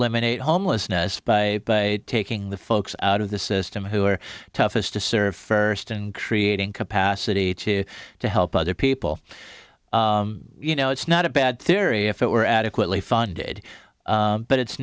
inate homelessness by taking the folks out of the system who are toughest to serve first and creating capacity to to help other people you know it's not a bad theory if it were adequately funded but it's